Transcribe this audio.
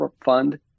Fund